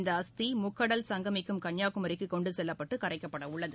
இந்த அஸ்தி முக்கடல் சங்கமிக்கும் கன்னியாகுமரி கொண்டு செல்லப்பட்டு கரைக்கப்பட உள்ளது